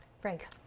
Frank